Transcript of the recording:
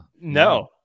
No